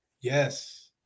Yes